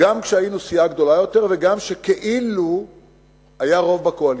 גם כשהיינו סיעה גדולה יותר וגם כשכאילו היה רוב בקואליציה,